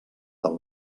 del